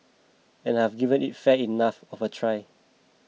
and I've given it fair enough of a try